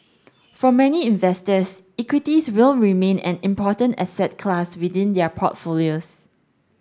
for many investors equities will remain an important asset class within their portfolios